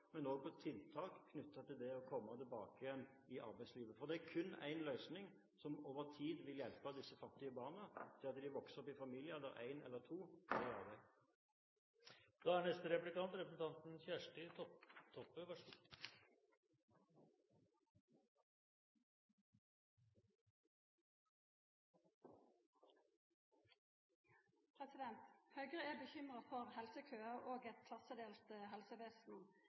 men òg med tiltak knyttet til det å komme tilbake igjen i arbeidslivet. For det er kun én løsning som over tid vil hjelpe disse fattige barna, og det er at de vokser opp i familier der en eller to er i arbeid. Høgre er bekymra for helsekøar og eit klassedelt helsevesen.